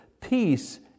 Peace